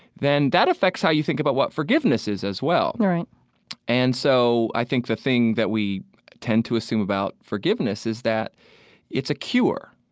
then that affects how you think about what forgiveness is as well right and so, i think the thing that we tend to assume about forgiveness is that it's a cure,